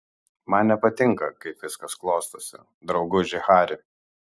man nepatinka kaip viskas klostosi drauguži hari